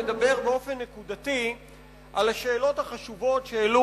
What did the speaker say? לדבר באופן נקודתי על השאלות החשובות שהעלו